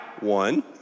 one